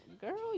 girl